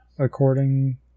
According